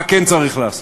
מה כן צריך לעשות?